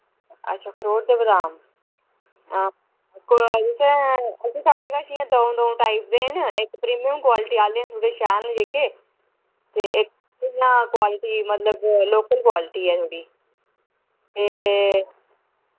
अच्छा खरोड़ ते बदाम हां को तुसें तुसें साढ़े कच्छ इ'यां द'ऊं द'ऊं टाइप दे न इक प्रीमियम क्वालिटी आह्ले न थोह्ड़े शैल न जेह्के ते इक इ'यां क्वालिटी मतलब लोकल क्वालिटी ऐ थोह्ड़ी ते